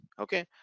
Okay